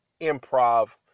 improv